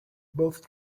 both